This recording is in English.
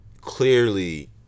clearly